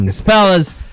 Fellas